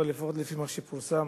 אבל לפחות לפי מה שפורסם,